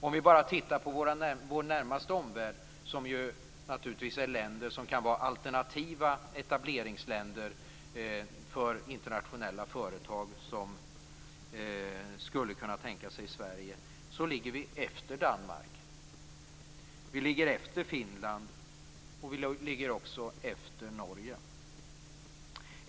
Om vi tittar bara på vår närmaste omvärld, länder som naturligtvis kan vara alternativa etableringsländer för internationella företag som skulle kunna tänka sig Sverige, kan vi se att vi ligger efter Danmark, efter Finland och efter Norge.